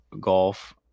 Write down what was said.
golf